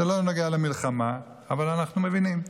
זה לא נוגע למלחמה, אבל אנחנו מבינים,